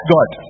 God